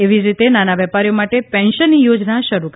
એવી જ રીતે નાના વેપારીઓ માટે પેન્શનની યોજના શરૂ કરાશે